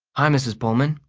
hi, mrs. pullman.